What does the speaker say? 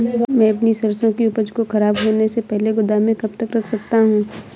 मैं अपनी सरसों की उपज को खराब होने से पहले गोदाम में कब तक रख सकता हूँ?